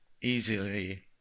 easily